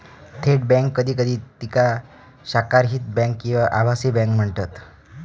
थेट बँक कधी कधी तिका शाखारहित बँक किंवा आभासी बँक म्हणतत